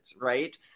right